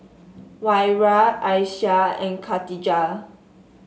Wira Aishah and Khatijah